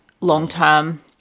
long-term